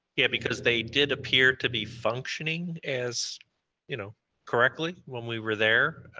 yeah, because they did appear to be functioning as you know correctly when we were there,